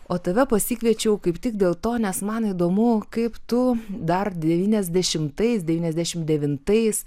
o tave pasikviečiau kaip tik dėl to nes man įdomu kaip tu dar devyniasdešimtais devyniasdešimt devintais